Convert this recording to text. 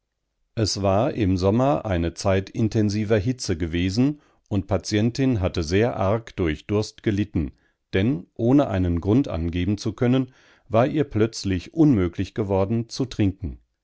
es war im sommer eine zeit intensiver hitze gewesen und patientin hatte sehr arg durch durst gelitten denn ohne einen grund angeben zu können war ihr plötzlich unmöglich geworden zu trinken